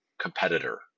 competitor